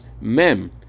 Mem